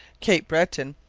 cape breton,